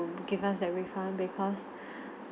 to give us that refund because